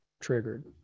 triggered